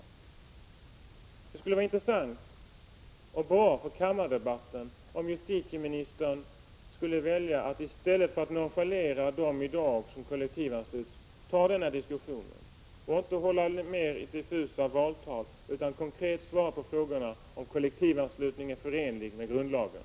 Det skulle vara intressant och bra för kammardebatten om justitieministern skulle välja att i stället för att nonchalera dem som i dag kollektivansluts ta upp denna diskussion och inte hålla fler diffusa valtal utan konkret svara på frågan om kollektivanslutning är förenlig med grundlagen.